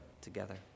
together